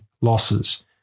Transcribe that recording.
losses